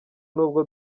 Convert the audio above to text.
nubwo